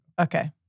okay